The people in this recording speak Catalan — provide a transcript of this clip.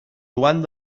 joan